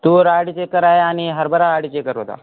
तूर अडीच एकर आहे आणि हरभरा अडीच एकर होता